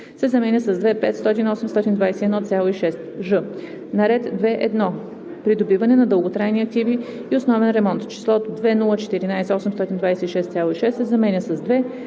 се заменя с „2 500 821,6“. ж) на ред 2.1. „Придобиване на дълготрайни активи и основен ремонт“ числото „2 014 826,6“ се заменя с „2